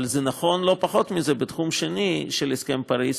אבל זה נכון לא פחות בתחום השני של הסכם פריז,